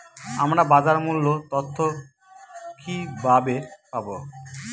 আমরা বাজার মূল্য তথ্য কিবাবে পাবো?